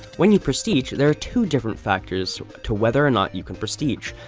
when you prestige, there are two different factors to whether or not you can prestige.